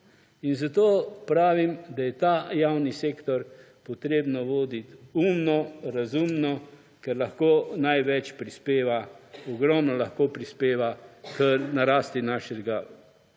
in zato pravim, da je ta javni sektor potrebno voditi umno, razumno, ker lahko največ prispeva, ogromno lahko prispeva k narasti našega bruto